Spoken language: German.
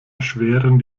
erschweren